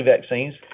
vaccines